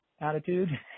attitude